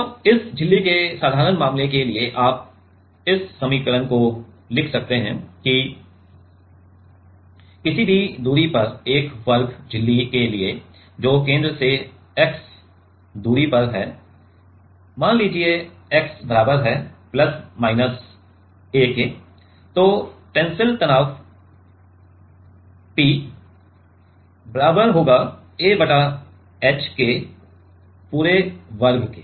और इस तरह के साधारण मामले के लिए आप इस समीकरण को लिख सकते हैं कि किसी भी दूरी पर एक वर्ग झिल्ली के लिए जो केंद्र से x है मान लीजिए कि x बराबर है प्लस माइनस a के तो टेंसिल तनाव P बराबर माइनस a बटा h पूरे का वर्ग